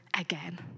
again